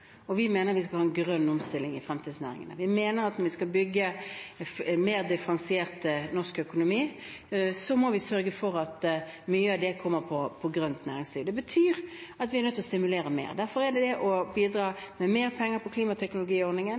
Vi mener vi skal ha en grønn omstilling i fremtidsnæringene. Vi mener at når vi skal bygge en mer differensiert norsk økonomi, må vi sørge for at mye av det kommer innen grønt næringsliv. Det betyr at vi er nødt til å stimulere mer. Derfor er det å bidra med mer penger til klimateknologiordningen,